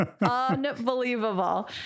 Unbelievable